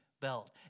belt